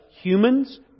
humans